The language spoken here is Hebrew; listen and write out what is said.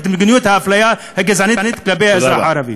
מדיניות האפליה הגזענית כלפי האזרח הערבי.